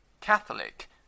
Catholic